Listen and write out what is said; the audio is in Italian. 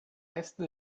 est